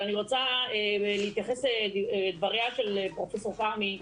אבל אני רוצה להתייחס לדבריה של פרופ' כרמי,